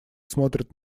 смотрят